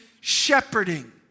shepherding